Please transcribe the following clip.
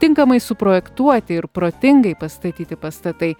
tinkamai suprojektuoti ir protingai pastatyti pastatai